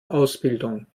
ausbildung